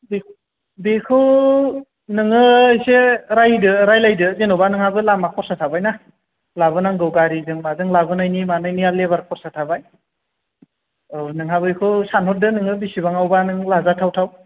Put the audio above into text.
बे बेखौ नोङो एसे रायदो रायज्लायदो जेन'बा नोंहाबो लामा खरसा थाबाय ना लाबोनांगौ गारि जों माजों लाबोनायनि मानायनि आरो लेबार खरसा थाबाय औ नोंहाबो बेखौ सानहरदो नोङो बेसेबाङावबा नों लाजाथाव थाव